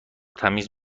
تمیز